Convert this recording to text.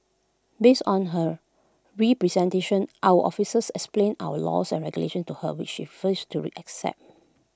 based on her representation our officers explained our laws and regulations to her which she refused to accept